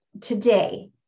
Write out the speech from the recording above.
today